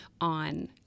on